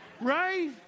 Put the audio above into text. right